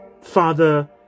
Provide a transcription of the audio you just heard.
Father